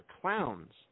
clowns